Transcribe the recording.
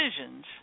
decisions